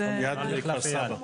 מדובר בעמותה שפועלת למגר את השריפות,